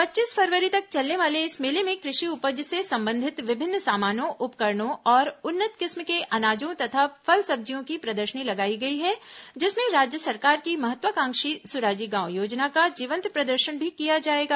पच्चीस फरवरी तक चलने वाले इस मेले में कृषि उपज से संबंधित विभिन्न सामानों उपकरणों और उन्नत किस्म के अनाजों तथा फल सब्जियों की प्रदर्शनी लगाई गई है जिसमें राज्य सरकार की महत्वाकांक्षी सुराजी गांव योजना का जीवंत प्रदर्शन भी किया जाएगा